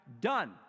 done